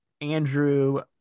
andrew